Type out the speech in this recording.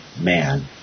man